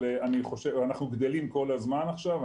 אנחנו גדלים כל הזמן עכשיו.